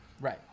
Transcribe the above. right